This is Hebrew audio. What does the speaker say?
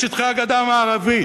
בשטחי הגדה המערבית,